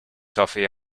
toffee